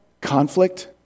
conflict